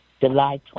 July